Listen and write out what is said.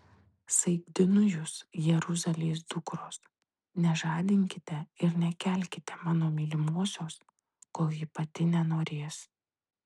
saikdinu jus jeruzalės dukros nežadinkite ir nekelkite mano mylimosios kol ji pati nenorės